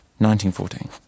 1914